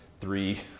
three